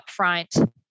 upfront